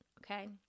Okay